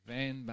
Van